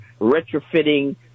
retrofitting